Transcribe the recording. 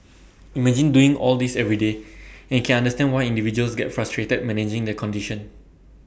imagine doing all this every day and can understand why individuals get frustrated managing their condition